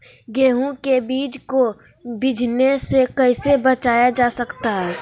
गेंहू के बीज को बिझने से कैसे बचाया जा सकता है?